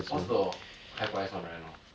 what's the high price one right now